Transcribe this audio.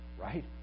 right